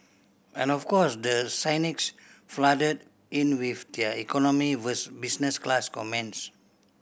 and of course the cynics flooded in with their economy vs business class comments